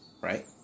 right